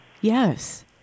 Yes